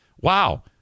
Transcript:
Wow